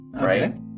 right